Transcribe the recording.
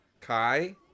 Kai